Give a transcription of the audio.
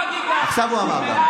עכשיו הוא אמר גם.